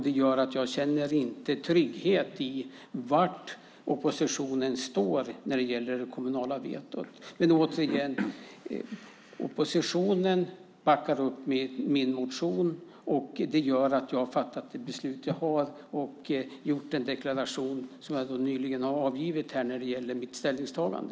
Det gör att jag inte känner trygghet i var oppositionen står när det gäller det kommunala vetot. Men, återigen, oppositionen backar upp min motion. Därför har jag fattat det beslut jag har fattat och gjort den deklaration som jag nyligen har avgivit när det gäller mitt ställningstagande.